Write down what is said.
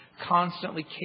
constantly